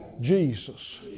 Jesus